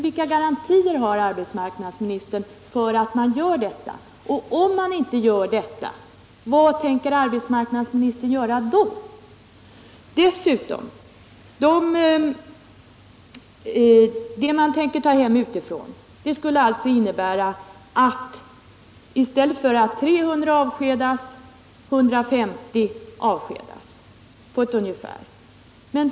Vilka garantier har arbetsmarknadsministern för att man gör detta? Och om man inte gör det, vad tänker arbetsmarknadsministern göra då? Att man tänker ta hem tillverkning utifrån skulle dessutom innebära att i stället för att 300 människor avskedas skulle ungefär 150 avskedas.